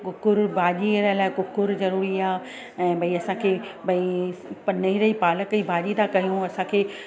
कुकुर भाॼीअ लाइ कुकुर ज़रूरी आहे ऐं भई असांखे भई पनीर ई पालक ई भाॼी था कयूं असांखे